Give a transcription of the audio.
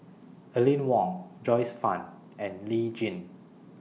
Aline Wong Joyce fan and Lee Tjin